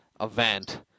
event